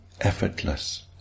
effortless